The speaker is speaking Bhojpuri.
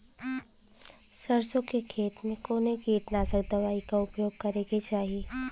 सरसों के खेत में कवने कीटनाशक दवाई क उपयोग करे के चाही?